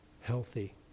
healthy